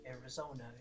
Arizona